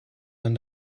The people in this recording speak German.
man